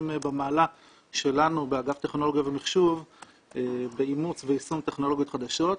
במעלה שלנו באגף טכנולוגיה ומחשוב באימוץ ויישום טכנולוגיות חדשות.